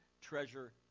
treasure